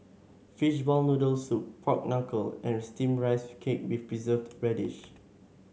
Fishball Noodle Soup Pork Knuckle and steamed Rice Cake with Preserved Radish